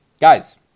Guys